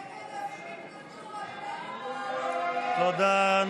נגד, דיקטטורה, להרוס את המדינה, תודה.